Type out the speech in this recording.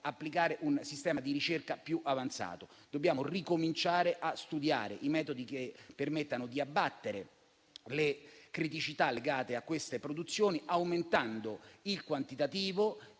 applicare un sistema di ricerca più avanzato; dobbiamo ricominciare a studiare metodi che permettano di abbattere le criticità legate a queste produzioni aumentando il quantitativo,